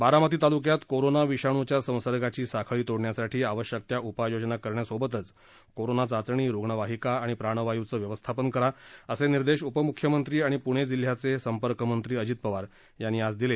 बारामती तालुक्यात कोरोना विषाणूच्या संसर्गाची साखळी तोडण्यासाठी आवश्यक त्या उपाययोजना करण्याबरोबरच कोरोना चाचणी रुग्णवाहिका आणि प्राणवायूचं व्यवस्थापन करा असे निर्देश उपमुख्यमंत्री आणि पुणे जिल्ह्याचे संपर्क मंत्री अजित पवार यांनी आज दिले